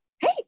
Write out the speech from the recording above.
hey